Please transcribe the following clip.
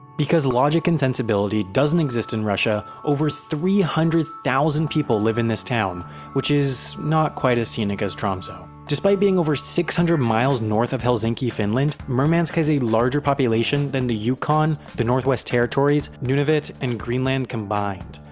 because logic and sensibility doesn't exist in russia, over three hundred thousand people live in this town which is, not quite as scenic as tromso. despite being over six hundred miles north of helsinki, finland, murmansk has a larger population than than the yukon, the northwest territories, nunavut, and greenland combined.